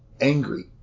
angry